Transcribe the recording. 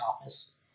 office